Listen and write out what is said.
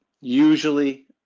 Usually